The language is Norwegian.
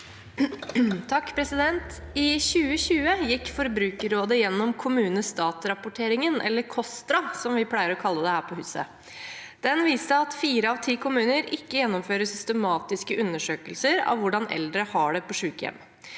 I 2020 gikk Forbru- kerrådet gjennom Kommune-Stat-Rapporteringen, eller KOSTRA som vi pleier å kalle den her på huset. Den viste at fire av ti kommuner ikke gjennomfører systematiske undersøkelser av hvordan eldre har det på sykehjem.